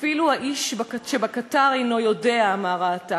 "אפילו האיש שבקטר אינו יודע", אמר העתק.